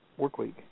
Workweek